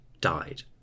died